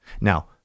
Now